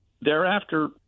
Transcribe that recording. Thereafter